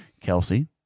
Kelsey